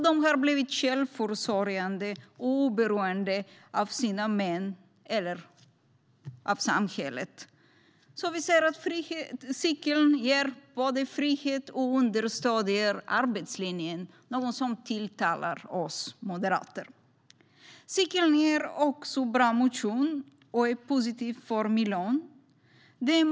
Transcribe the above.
De har blivit självförsörjande och oberoende av sina män eller samhället. Cykeln ger alltså både frihet och understöder arbetslinjen, vilket är något som tilltalar oss moderater. Cykling ger också bra motion och är positivt för miljön.